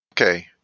Okay